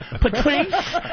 Patrice